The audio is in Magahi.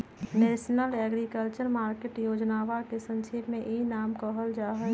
नेशनल एग्रीकल्चर मार्केट योजनवा के संक्षेप में ई नाम कहल जाहई